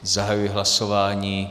Zahajuji hlasování.